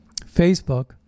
Facebook